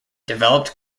developed